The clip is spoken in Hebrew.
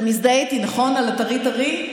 אתה מזדהה איתי, נכון, על הטרי טרי?